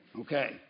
Okay